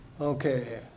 Okay